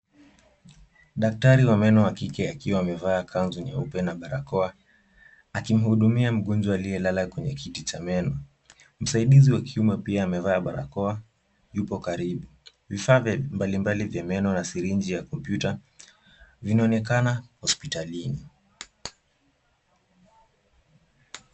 Daktari wa meno wakike, akiwa amevaa kanzu nyeupe na barakoa, akimhudumia mgonjwa aliyelala kwenye kiti cha meno. Msaidizi wa kiume pia amevaa barakoa, yuko karibu. Vifaa mbalimbali vya meno na sirinji ya kompyuta vinaonekana hospitalini.